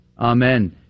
Amen